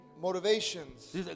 Motivations